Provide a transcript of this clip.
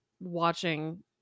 watching